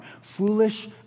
foolish